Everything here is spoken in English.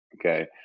okay